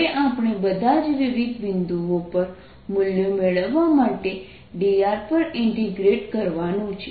હવે આપણે બધા જ વિવિધ બિંદુઓ પર મૂલ્યો મેળવવા માટે dr પર ઇન્ટિગ્રેટ કરવાનું છે